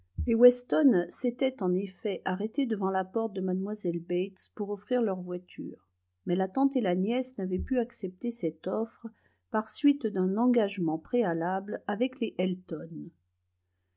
weston s'étaient en effet arrêtés devant la porte de mlle bates pour offrir leur voiture mais la tante et la nièce n'avaient pu accepter cette offre par suite d'un engagement préalable avec les